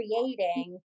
creating